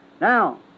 now